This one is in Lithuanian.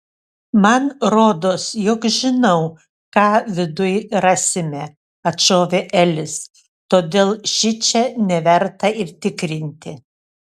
man rodos jog žinau ką viduj rasime atšovė elis todėl šičia neverta ir tikrinti